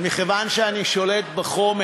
אבל מכיוון שאני שולט בחומר